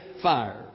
fire